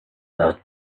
those